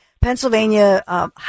Pennsylvania